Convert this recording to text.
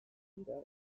gai